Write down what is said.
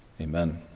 Amen